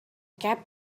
kept